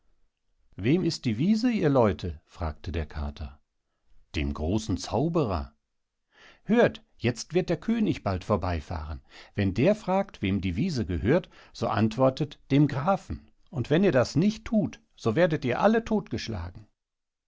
wem ist die wiese ihr leute fragte der kater dem großen zauberer hört jetzt wird der könig bald vorbeifahren wenn der fragt wem die wiese gehört so antwortet dem grafen und wenn ihr das nicht thut so werdet ihr alle todtgeschlagen